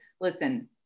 Listen